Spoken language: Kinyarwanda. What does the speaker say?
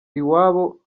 iwabo